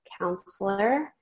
counselor